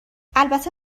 البته